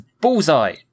Bullseye